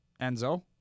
Enzo